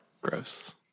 Gross